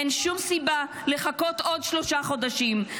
אין שום סיבה לחכות עוד שלושה חודשים.